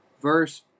Verse